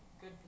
good